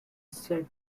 sent